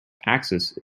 axis